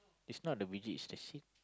it's not the biji it's the seed